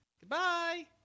Goodbye